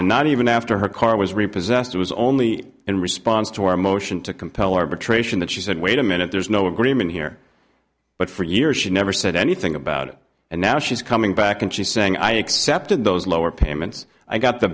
and not even after her car was repossessed it was only in response to our motion to compel arbitration that she said wait a minute there's no agreement here but for years she never said anything about it and now she's coming back and she's saying i accepted those lower payments i got the